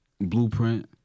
blueprint